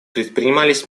предпринимались